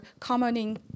commoning